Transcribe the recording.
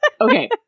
okay